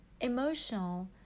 Emotional